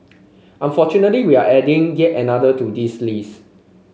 unfortunately we're adding yet another to this list